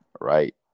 right